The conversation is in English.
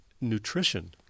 nutrition